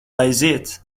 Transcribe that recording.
aiziet